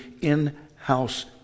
in-house